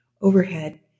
Overhead